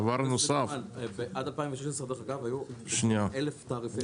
דרך אגב, עד 2016 היו 1,000 תעריפים.